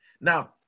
Now